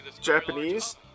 Japanese